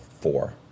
four